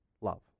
love